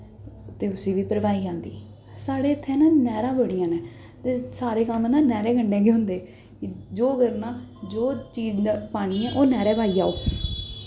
ते उस्सी बी भरवाई आंदी साढ़ै इत्थै ना नैह्रां बड़ियां न ते सारे कम्म ना नैह्रैं कन्नै गै होंदे जो चीज़ पानी ऐ नैह्रैं पाई आओ